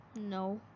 no